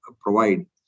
provide